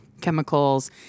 chemicals